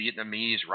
Vietnamese